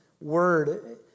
word